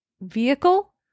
vehicle